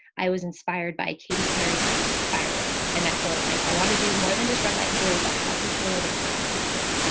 i was inspired by katy perry, song firework and that, so it's like, i want to do more than just red, white, and blue, but how can we put a little bit of purpose into this?